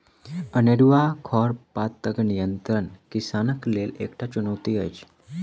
अनेरूआ खरपातक नियंत्रण किसानक लेल एकटा चुनौती अछि